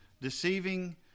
deceiving